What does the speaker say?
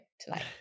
tonight